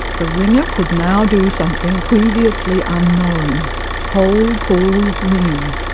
the ringer could now do something previously unknown whole pull ringing.